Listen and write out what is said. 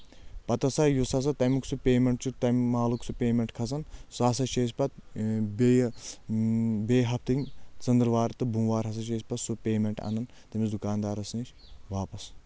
پتہٕ ہسا یُس ہسا تمیُک سُہ پیمنٹ چھُ تمہِ مالُک سُہ پیمنٹ کھسان سُہ ہسا چھِ أسۍ پتہٕ بیٚیہِ بیٚیہِ ہفتہٕ ژنٛدٕروار تہٕ بوموار ہسا چھِ أسۍ پتہٕ سُہ پیمنٹ انان تٔمِس دُکاندارس نِش واپس